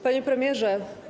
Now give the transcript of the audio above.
Panie Premierze!